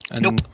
Nope